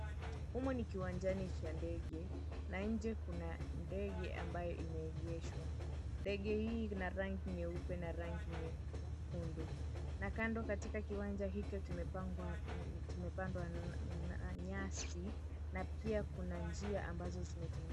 Humu ni kiwanjani cha ndege. Na nje kuna ndege ambaye imeegeshwa. Ndege hii ina rangi nyeupe na rangi nyekundu. Na kando katika kiwanja hiko kimepandwa nyasi na pia kuna njia ambazo zimetengenezwa.